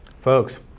Folks